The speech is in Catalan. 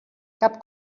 cap